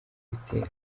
ibitero